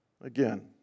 Again